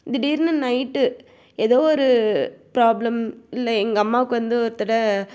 திடீர்னு நைட்டு எதோ ஒரு ப்ராப்ளம் இல்லை எங்கள் அம்மாவுக்கு வந்து ஒரு தட